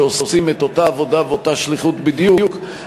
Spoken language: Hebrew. שעושים את אותה עבודה ואותה שליחות בדיוק,